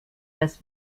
das